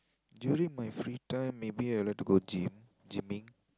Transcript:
during my free time maybe I like to go gym gyming